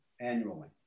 annually